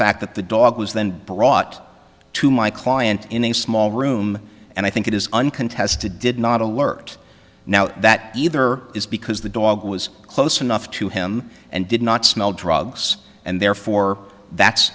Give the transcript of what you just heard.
fact that the dog was then brought to my client in a small room and i think it is uncontested did not alert now that either is because the dog was close enough to him and did not smell drugs and therefore that's